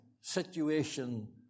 situation